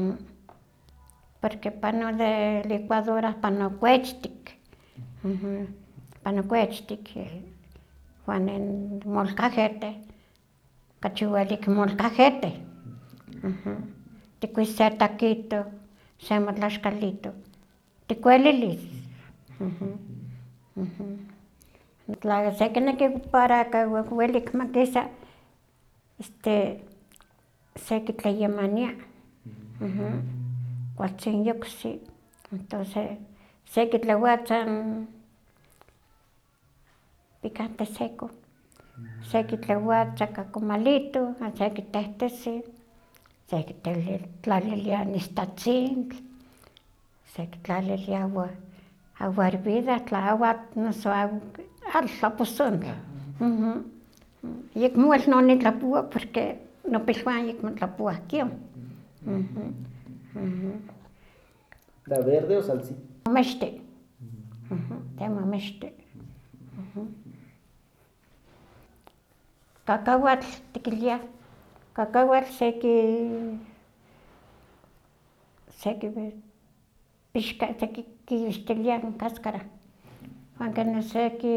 porque pano de licuadora pano kuechtik, pano kuechtik wan nin molcajete, kachi welik molcajete, tikuis se taquito, se motlaxkalitoh, tikwelilis. Tla sekineki para ka welik makisa este sekitlayamania, kualtzin yoksi, entonce sekitlewatza n picante seco, sekitlewatza ka comalito, wan sekitehtesi, sekitelalilia n istatzintl, sekitlalilia agua hervida, tla agua noso atl tlaposonk, ayekmo wel no nitlapowa porque nopilwah yekmo tlapowah kion omexti, kemah omexti, kakahuatl tikiliah kakahual seki sekipixka sekikixtilia n cáscara wan kema seki.